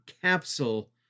capsule